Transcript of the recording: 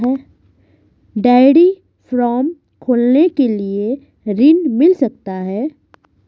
Dairy farm खोलने के लिए ऋण मिल सकता है?